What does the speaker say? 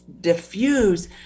diffuse